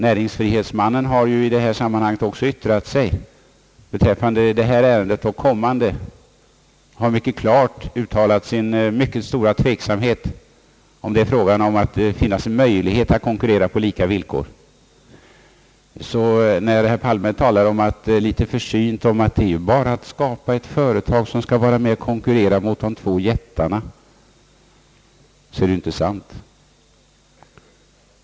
Näringsfrihetsombudsmannen har ju också yttrat sig beträffande detta och följande ärenden och mycket klart uttalat sin stora tveksamhet i frågan om det finns en möjlighet att konkurrera på lika villkor. När statsrådet Palme sålunda litet försynt talar om att det bara är fråga om att skapa ett företag som skall vara med och konkurrera mot de två jättarna, så är det inte sant.